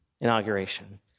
inauguration